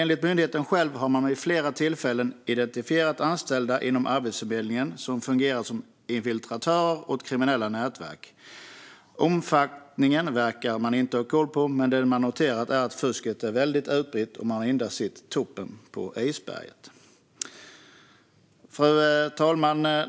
Enligt myndigheten själv har man vid flera tillfällen identifierat anställda inom Arbetsförmedlingen som fungerat som infiltratörer åt kriminella nätverk. Omfattningen verkar man inte ha koll på, men det man har noterat är att fusket är väldigt öppet och att man endast har sett toppen på isberget. Fru talman!